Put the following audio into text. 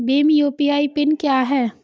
Bhim UPI PIN क्या है?